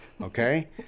okay